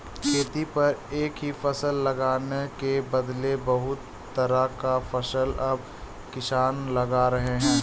खेती पर एक ही फसल लगाने के बदले बहुत तरह का फसल अब किसान लगा रहे हैं